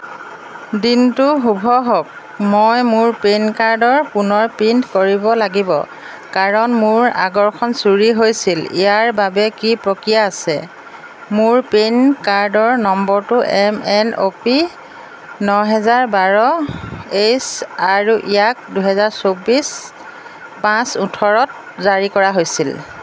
দিনটো শুভ হওক মই মোৰ পেন কাৰ্ডৰ পুনৰ প্ৰিণ্ট কৰিব লাগিব কাৰণ মোৰ আগৰখন চুৰি হৈছিল ইয়াৰ বাবে কি প্ৰক্ৰিয়া আছে মোৰ পেন কাৰ্ডৰ নম্বৰটো এম এন অ' পি ন হেজাৰ বাৰ এইচ আৰু ইয়াক দুহেজাৰ চৌবিছ পাঁচ ওঠৰত জাৰী কৰা হৈছিল